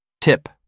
Tip